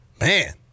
Man